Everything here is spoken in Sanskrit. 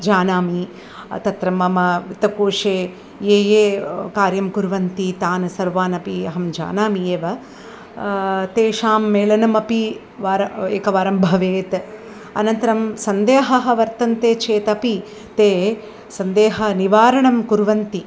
जानामि तत्र मम वित्तकोशे ये ये कार्यं कुर्वन्ति तान् सर्वानपि अहं जानामि एव तेषां मेलनमपि वार एकवारं भवेत् अनन्तरं सन्देहः वर्तते चेतपि ते सन्देहः निवारणं कुर्वन्ति